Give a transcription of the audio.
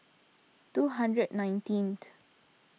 two hundred nineteenth